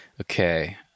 Okay